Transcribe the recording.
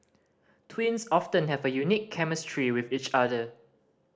twins often have a unique chemistry with each other